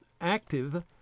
active